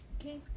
Okay